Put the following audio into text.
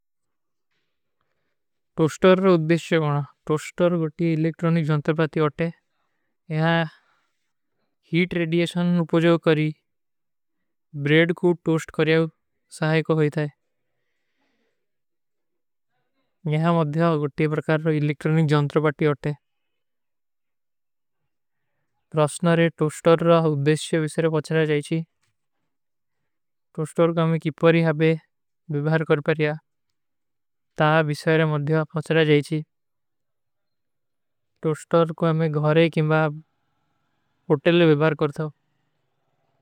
ଟୋସ୍ଟର ରା ଉଦ୍ଧେଶ୍ଯ ହୈ କୌନା?। ଟୋସ୍ଟର ଗୋଟୀ ଇଲେକ୍ଟ୍ରୋନିକ ଜଂତରପାତୀ ହୋତେ ଯହାଁ ହୀଟ ରେଡିଯେଶନ ଉପୋଜଵ କରୀ ବ୍ରେଡ କୋ ଟୋସ୍ଟ କରିଯାଁ ସହାଈ କୋ ହୋଈ ଥାେ ଯହାଁ ମଦ୍ଯାଁ ଗୋଟୀ ପରକାର ରା ଇଲେକ୍ଟ୍ରୋନିକ ଜଂତରପାତୀ ହୋତେ ପ୍ରାସନାରେ ଟୋସ୍ଟର ରା ଉଦ୍ଧେଶ୍ଯ ଵିଶେରେ ପଚନା ଜାଈଚୀ ଟୋସ୍ଟର କୋ ହମେଂ କିପର ହାବେ ଵିଭାର କର ପରିଯା ତା ଵିଶେରେ ମଦ୍ଯାଁ ପଚନା ଜାଈଚୀ ଟୋସ୍ଟର କୋ ହମେଂ ଘହରେ କୀମା ଉଟଲେ ଵିଭାର କରତା ହୋ।